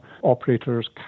operators